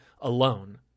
alone